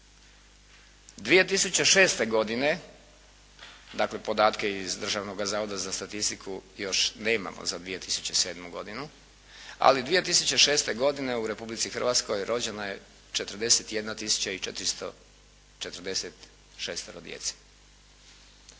2006. godine, dakle podatke iz Državnoga zavoda za statistiku još nemamo za 2007. godinu, ali 2006. godine u Republici Hrvatskoj rođeno je 41 tisuća